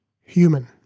human